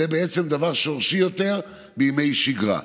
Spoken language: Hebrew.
זה בעצם דבר שורשי יותר בימי שגרה.